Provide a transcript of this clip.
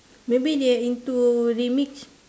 maybe they're into remix